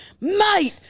mate